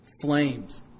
Flames